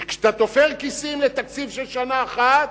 כי כשאתה תופר כיסים לתקציב של שנה אחת,